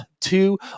two